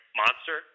monster